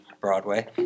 broadway